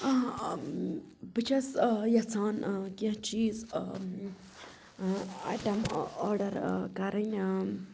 ٲں بہٕ چھس ٲں یژھان ٲں کیٚنٛہہ چِیٖز ٲں ٲں اَیِٹَم آرڈَر کَرٕنۍ